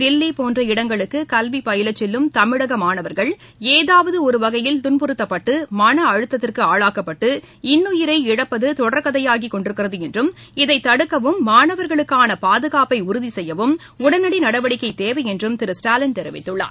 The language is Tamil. தில்லி போன்ற இடங்களுக்கு கல்வி பயில செல்லும் தமிழக மாணவர்கள் ஏதாவது ஒரு வகையில் துன்புறுத்தப்பட்டு மனஅழுத்தத்திற்கு ஆளாக்கப்பட்டு இன்னுயிரை இழப்பது தொடர்கதையாகி கொண்டிருக்கிறது என்றும் இதைத் தடுக்கவும் மாணவர்களுக்கான பாதுகாப்பை உறுதி செய்யவும் உடனடி நடவடிக்கை தேவை என்றும் திரு ஸ்டாலின் தெரிவித்துள்ளார்